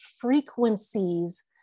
frequencies